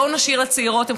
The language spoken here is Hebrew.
בואו נשאיר זאת לצעירות,